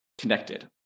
connected